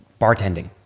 bartending